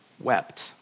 wept